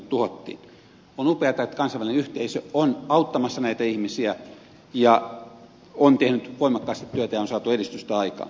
on upeata että kansainvälinen yhteisö on auttamassa näitä ihmisiä ja on tehnyt voimakkaasti työtä ja on saatu edistystä aikaan